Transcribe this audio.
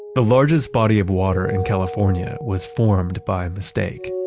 the largest body of water in california was formed by a mistake.